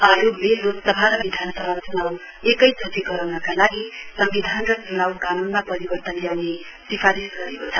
आयोगले लोकसभा र विधानसभा च्नाउ एकैचोटि गराउनका लागि सम्विधान र च्नाउ कानूनमा परिवर्तन ल्याउने सिफारिश गरेको छ